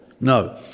No